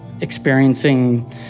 experiencing